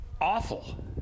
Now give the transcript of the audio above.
awful